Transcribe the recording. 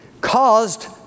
caused